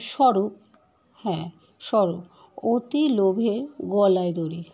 স্বরূপ হ্যাঁ স্বরূপ অতি লোভে গলায় দড়ি